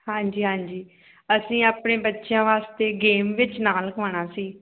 ਹਾਂਜੀ ਹਾਂਜੀ ਅਸੀਂ ਆਪਣੇ ਬੱਚਿਆਂ ਵਾਸਤੇ ਗੇਮ ਵਿੱਚ ਨਾਂ ਲਿਖਵਾਉਣਾ ਸੀ